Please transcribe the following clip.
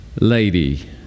lady